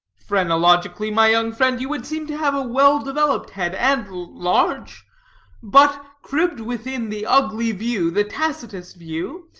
phrenologically, my young friend, you would seem to have a well-developed head, and large but cribbed within the ugly view, the tacitus view,